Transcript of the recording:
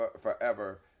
forever